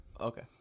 Okay